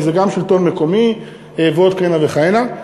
כי זה גם שלטון מקומי ועוד כהנה וכהנה.